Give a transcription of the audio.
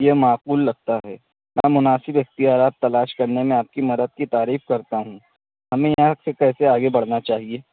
یہ معقول لگتا ہے میں مناسب اختیارات تلاش کرنے میں آپ کی مدد کی تعریف کرتا ہوں ہمیں یہاں سے کیسے آگے بڑھنا چاہیے